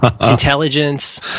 intelligence